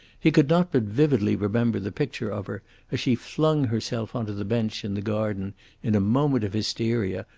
he could not but vividly remember the picture of her as she flung herself on to the bench in the garden in a moment of hysteria,